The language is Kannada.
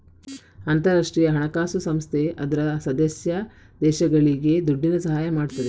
ಅಂತಾರಾಷ್ಟ್ರೀಯ ಹಣಕಾಸು ಸಂಸ್ಥೆ ಅದ್ರ ಸದಸ್ಯ ದೇಶಗಳಿಗೆ ದುಡ್ಡಿನ ಸಹಾಯ ಮಾಡ್ತದೆ